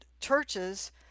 churches